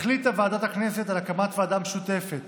החליטה ועדת הכנסת על הקמת ועדה משותפת